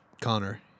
Connor